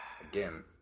again